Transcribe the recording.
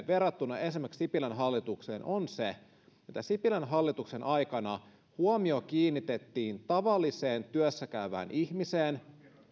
verrattuna esimerkiksi sipilän hallitukseen on se että sipilän hallituksen aikana huomio kiinnitettiin tavalliseen työssäkäyvään ihmiseen